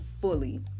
fully